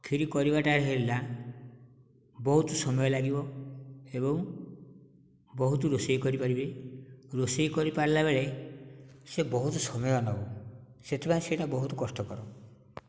କ୍ଷୀରି କରିବାଟା ହେଲା ବହୁତ ସମୟ ଲାଗିବ ଏବଂ ବହୁତ ରୋଷେଇ କରିପାରିବେ ରୋଷେଇ କରି ପାରିଲା ବେଳେ ସେ ବହୁତ ସମୟ ନେବ ସେଥିପାଇଁ ସେଟା ବହୁତ କଷ୍ଟ କର